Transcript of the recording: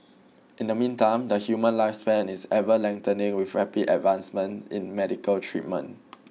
in the meantime the human lifespan is ever lengthening with rapid advancements in medical treatment